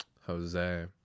Jose